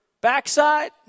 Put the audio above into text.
backside